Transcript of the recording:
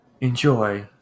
enjoy